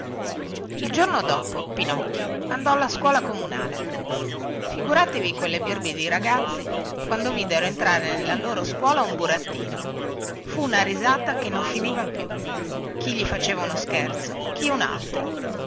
il giorno dopo pinocchio andò alla scuola comunale figuratevi quelle birbe di ragazzi quando videro entrare nella loro scuola un burattino fu una risata che non finiva più chi gli faceva uno scherzo chi un altro